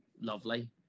lovely